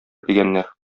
дигәннәр